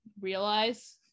realize